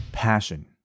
passion